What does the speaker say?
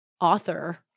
author